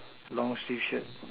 long sleeve shirt